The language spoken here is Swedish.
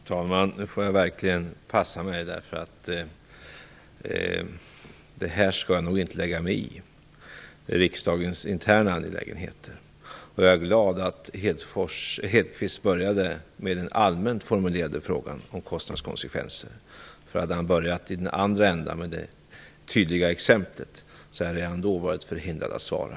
Herr talman! Nu får jag verkligen passa mig. Riksdagens interna angelägenheter skall jag nog inte lägga mig i. Jag är glad att Hedquist började med den allmänt formulerade frågan om kostnadskonsekvenser. Hade han börjat i den andra ändan, med det tydliga exemplet, hade jag varit förhindrad att svara.